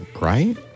right